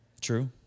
true